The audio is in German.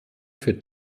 für